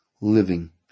living